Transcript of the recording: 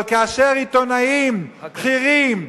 אבל כאשר עיתונאים בכירים,